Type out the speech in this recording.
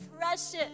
precious